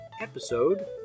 Episode